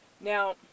Now